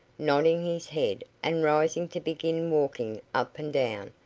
nodding his head and rising to begin walking up and down,